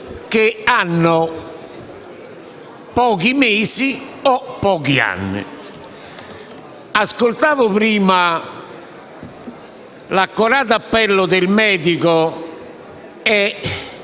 di pochi mesi o pochi anni. Ascoltavo prima l'accorato appello del senatore